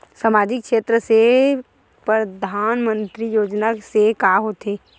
सामजिक क्षेत्र से परधानमंतरी योजना से का होथे?